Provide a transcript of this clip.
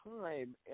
time